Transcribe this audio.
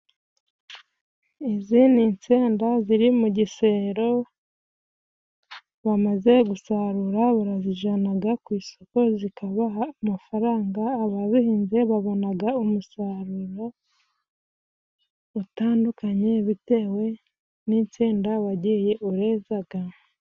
Izindi nsenda ziri mu gisero bamaze gusarura barazijanaga ku isoko zikabaha amafaranga, abazihinze babonaga umusaruro utandukanye bitewe n'insenda wagiye uhezaga.